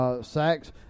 Sacks –